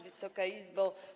Wysoka Izbo!